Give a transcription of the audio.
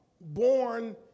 born